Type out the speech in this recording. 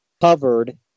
covered